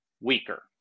weaker